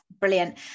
brilliant